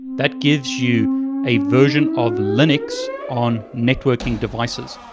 that gives you a version of linux on networking devices.